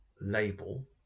label